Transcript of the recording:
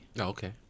okay